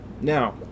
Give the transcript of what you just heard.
now